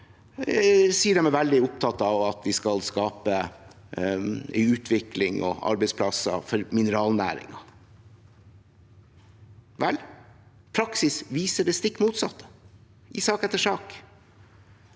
de er veldig opptatt av at vi skal skape utvikling og arbeidsplasser for mineralnæringen. Vel, praksis viser det stikk motsatte i sak etter sak.